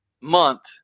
month